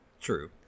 True